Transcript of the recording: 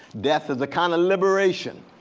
death is the kind of liberation,